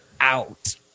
out